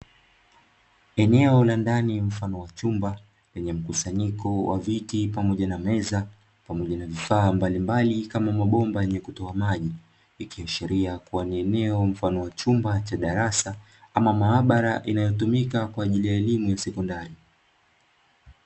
Eneo la ndani ya mfano wa chumba kwenye mkusanyiko wa viti pamoja na meza, pamoja na vifaa mbalimbali kama mabomba yenye kutoa maji, ikiashiria kuwa ni eneo mfano wa chumba cha darasa ama maabara inayotumika kwa ajili ya elimu ya sekondari.